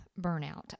burnout